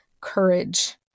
courage